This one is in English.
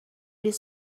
this